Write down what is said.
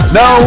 no